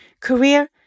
Career